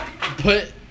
put